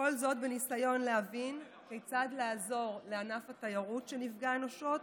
כל זאת בניסיון להבין כיצד לעזור לענף התיירות שנפגע אנושות